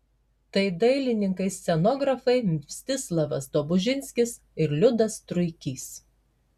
tai dailininkai scenografai mstislavas dobužinskis ir liudas truikys